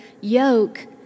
yoke